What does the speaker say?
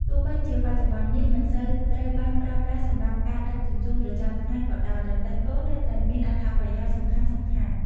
ទោះបីជាបច្ចុប្បន្ននេះមិនសូវត្រូវបានប្រើប្រាស់សម្រាប់ការដឹកជញ្ជូនប្រចាំថ្ងៃក៏ដោយ រទេះគោនៅតែមានអត្ថប្រយោជន៍សំខាន់ៗ ។